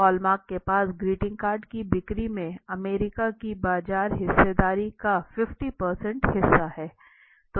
hallmark के पास greeting card की बिक्री में अमेरिका की बाजार हिस्सेदारी का 50 हिस्सा है